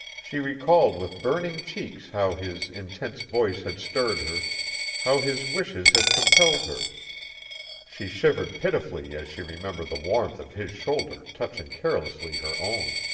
she recalled with burning cheeks how his intense voice had stirred her how his wishes had compelled her she shivered pitifully as she remembered the warmth of his shoulder touching carelessly her own.